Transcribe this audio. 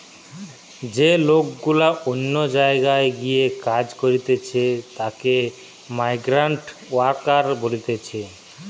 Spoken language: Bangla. যে লোক গুলা অন্য জায়গায় গিয়ে কাজ করতিছে তাকে মাইগ্রান্ট ওয়ার্কার বলতিছে